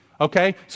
okay